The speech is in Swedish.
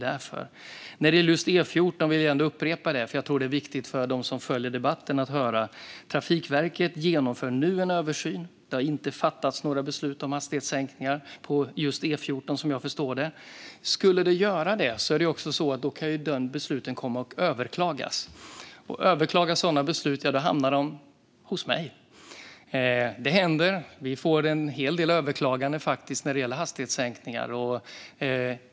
När det gäller just E14 vill jag ändå upprepa - jag tror att det är viktigt för dem som följer debatten att höra detta - att Trafikverket nu genomför en översyn. Det har inte fattats några beslut om hastighetssänkningar på just E14, vad jag förstår. Skulle det göras kan ett sådant beslut komma att överklagas. Om sådana beslut överklagas hamnar de hos mig. Det händer. Vi får faktiskt en hel del överklaganden när det gäller hastighetssänkningar.